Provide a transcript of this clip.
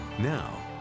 Now